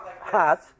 hot